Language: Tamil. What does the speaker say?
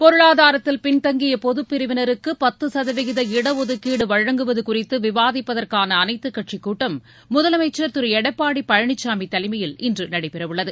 பொருளாதாரத்தில் பின்தங்கிய பொதுப் பிரிவினருக்கு பத்து சதவீத இடஒதுக்கீடு வழங்குவது குறித்து விவாதிப்பதற்கான அனைத்துக் கட்சி கூட்டம் முதலமைச்ச் திரு எடப்பாடி பழனிசாமி தலைமையில் இன்று நடைபெற உள்ளது